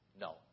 No